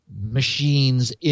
machines